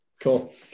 Cool